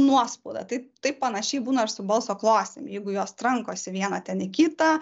nuospaudą tai taip panašiai būna ir su balso klostėm jeigu jos trankosi viena ten į kitą